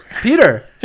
Peter